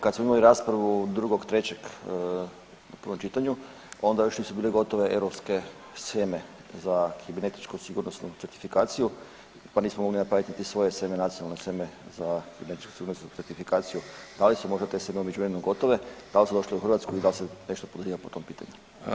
Kad smo imali raspravu 2.3. u prvom čitanju onda još nisu bile gotove europske sheme za kibernetičku sigurnosnu certifikaciju pa nismo mogli napraviti niti svoje sheme, nacionalne sheme za kibernetičku sigurnosnu certifikaciju, da li su možda te sheme u međuvremenu gotove, da li su došle u Hrvatsku i da se nešto poduzima po tom pitanju?